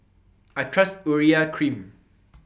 I Trust Urea Cream